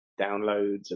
downloads